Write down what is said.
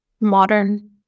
modern